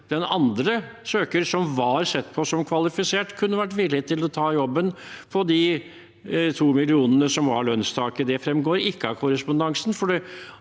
den andre søkeren som var sett på som kvalifisert, kunne vært villig til å ta jobben for 2 mill. kr, som var lønnstaket. Det fremgår ikke av korre spondansen.